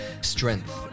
strength